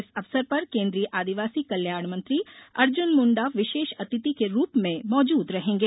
इस अवसर पर केन्द्रीय आदिवासी कल्याण मंत्री अर्जुन मुण्डा विशेष अतिर्थि के रूप में मौजूद रहेगें